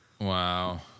Wow